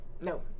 No